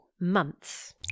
months